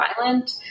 violent